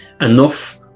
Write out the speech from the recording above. enough